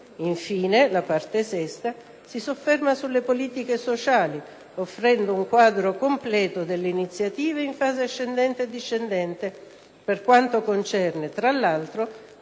infine, la parte sesta si sofferma sulle politiche sociali, offrendo un quadro completo delle iniziative in fase ascendente e discendente, per quanto concerne, tra l'altro,